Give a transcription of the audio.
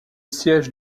siège